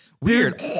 Weird